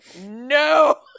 No